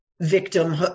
victim